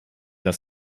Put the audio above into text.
das